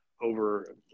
over